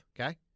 okay